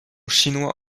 chinois